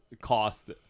cost